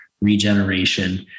regeneration